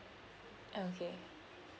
okay